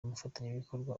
umufatanyabikorwa